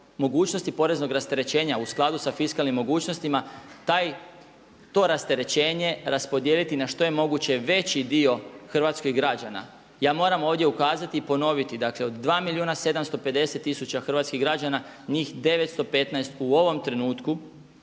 mogućnosti poreznog rasterećenja u skladu sa fiskalnim mogućnostima to rasterećenje raspodijeliti na što je moguće veći dio hrvatskih građana. Ja moram ovdje ukazati i ponoviti, dakle od 2 milijuna 750 tisuća hrvatskih građana njih 915 u ovom trenutku